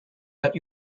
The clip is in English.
that